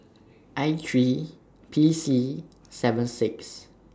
I three P C seven six